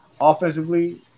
Offensively